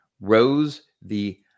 Rose—the